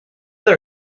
they